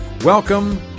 Welcome